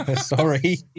Sorry